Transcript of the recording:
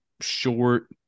short